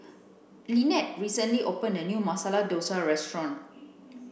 Lynnette recently opened a new Masala Dosa restaurant